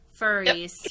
furries